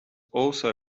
also